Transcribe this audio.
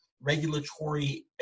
regulatory